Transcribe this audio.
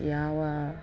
ಯಾವ